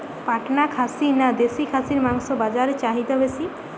পাটনা খাসি না দেশী খাসির মাংস বাজারে চাহিদা বেশি?